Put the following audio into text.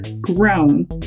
grown